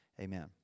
amen